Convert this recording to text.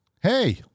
hey